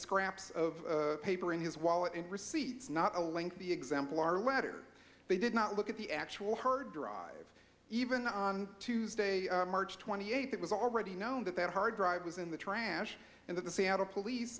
scraps of paper in his wallet and receipts not a lengthy example our letter they did not look at the actual her drive even on tuesday march twenty eighth it was already known that that hard drive was in the trash and that the seattle police